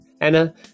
Anna